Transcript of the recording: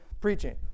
preaching